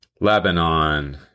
Lebanon